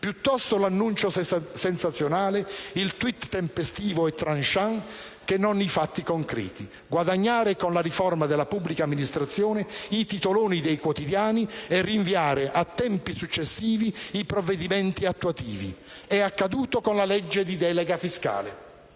piuttosto l'annuncio sensazionale, il *tweet* tempestivo e *tranchant* che non i fatti concreti: guadagnare con la riforma della pubblica amministrazione i titoloni dei quotidiani e rinviare a tempi successivi i provvedimenti attuativi. È accaduto con la legge di delega fiscale.